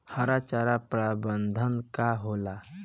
हरा चारा प्रबंधन का होला?